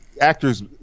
actors